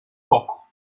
coco